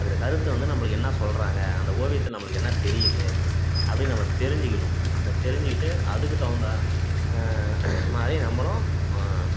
அதில் கருத்து வந்து நம்பளுக்கு என்ன சொல்வாங்க அந்த ஓவியத்தை நம்மளுக்கு என்ன தெரியுது அப்படின்னு நம்ம தெரிஞ்சுக்கணும் அந்த தெரிஞ்சுக்கிட்டு அதுக்கு தகுந்த மாதிரி நம்பளும்